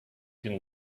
can